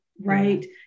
right